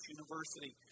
University